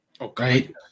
Okay